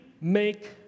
make